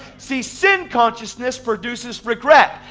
see, sin consciousness produces regret,